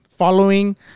following